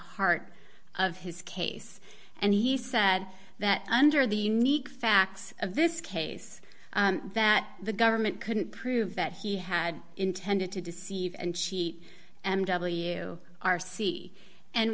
heart of his case and he said that under the unique facts of this case that the government couldn't prove that he had intended to deceive and cheat and w r c and